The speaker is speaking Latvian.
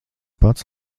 pats